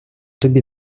тобі